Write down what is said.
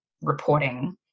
reporting